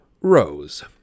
Rose